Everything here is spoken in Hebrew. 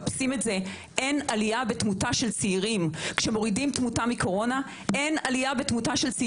אם מורידים את התמותה מקורונה לא רואים עלייה בתמותה של צעירים.